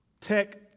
tech